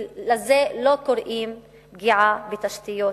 ולזה לא קוראים פגיעה בתשתיות.